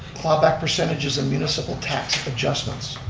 claw-back percentages and municipal tax adjustments.